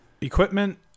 equipment